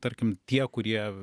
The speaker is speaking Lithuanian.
tarkim tie kurie